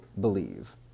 believe